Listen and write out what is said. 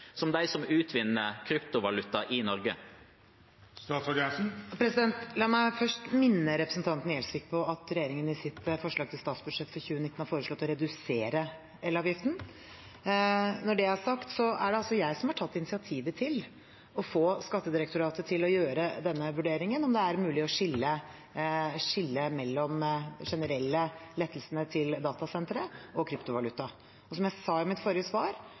utvinner kryptovaluta i Norge, gjør? La meg først minne representanten Gjelsvik om at regjeringen i sitt forslag til statsbudsjett for 2019 har foreslått å redusere elavgiften. Når det er sagt, er det jeg som har tatt initiativet til å få Skattedirektoratet til å gjøre denne vurderingen – om det er mulig å skille mellom de generelle lettelsene til datasentre og kryptovaluta. Og som jeg sa i mitt forrige svar: